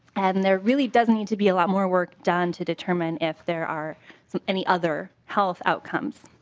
and and there really doesn't need to be a lot more work done to determine if there are any other health outcomes.